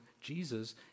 Jesus